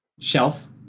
shelf